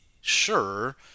sure